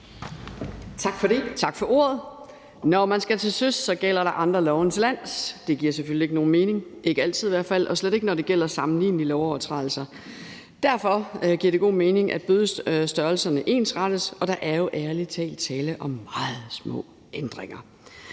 Tak for det, tak for ordet. At der, når man skal til søs, gælder andre love end til lands, giver selvfølgelig ikke nogen mening, i hvert fald ikke altid, og slet ikke, når det gælder sammenlignelige lovovertrædelser. Derfor giver det god mening, at bødestørrelserne ensrettes, og der er jo ærlig talt tale om meget små ændringer.